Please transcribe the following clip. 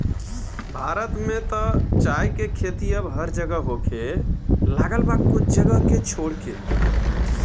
भारत में त चाय के खेती अब हर जगह होखे लागल बा कुछ जगह के छोड़ के